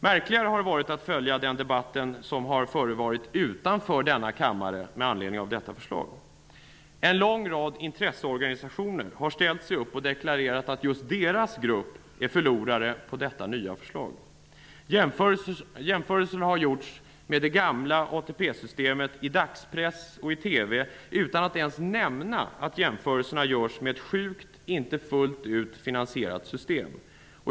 Märkligare har det varit att följa den debatt som har förevarit utanför denna kammare med anledning av förslaget. En lång rad intresseorganisationer har ställt sig upp och deklarerat att just deras grupp är förlorare i detta nya förslag. Jämförelser har gjorts med det gamla ATP-systemet i dagspress och i TV utan att man ens har nämnt att jämförelserna görs med ett sjukt, inte fullt ut finansierat system.